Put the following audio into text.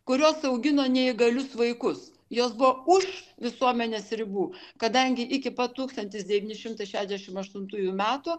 kurios augino neįgalius vaikus jos buvo už visuomenės ribų kadangi iki pat tūkstantis devyni šimtai šedešim aštuntųjų metų